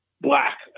black